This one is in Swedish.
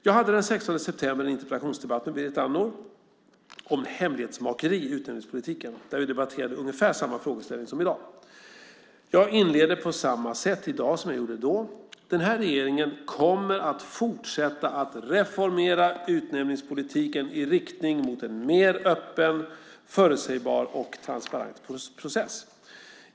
Jag hade den 16 september en interpellationsdebatt med Berit Andnor om hemlighetsmakeri i utnämningspolitiken, där vi debatterade ungefär samma frågeställning som i dag. Jag inleder på samma sätt i dag som jag gjorde då. Den här regeringen kommer att fortsätta att reformera utnämningspolitiken i riktning mot en mer öppen, förutsägbar och transparent process.